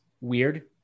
weird